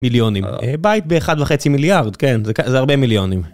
מיליונים. בית באחד וחצי מיליארד, כן, זה הרבה מיליונים.